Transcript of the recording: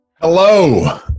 Hello